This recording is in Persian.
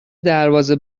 دربازه